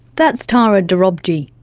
that's tara dorobji,